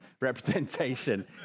representation